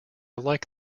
like